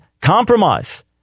compromise